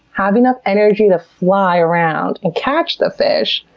have enough energy to fly around and catch the fish,